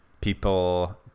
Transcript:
people